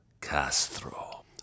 Castro